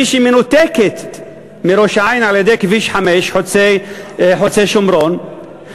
ומנותקת מראש-העין על-ידי כביש 5, חוצה-שומרון.